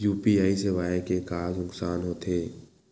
UPI सेवाएं के का नुकसान हो थे?